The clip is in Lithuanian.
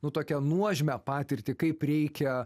nu tokią nuožmią patirtį kaip reikia